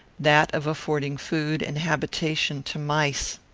that of affording food and habitation to mice.